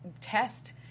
test